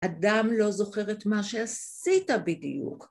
‫אדם לא זוכר את מה שעשית בדיוק.